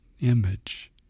image